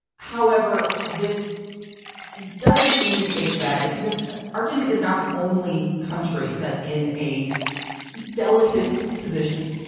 however this does indicate that it causes argentina is not the only country that's in a delicate position.